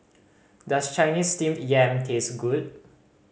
does Chinese Steamed Yam taste good